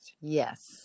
Yes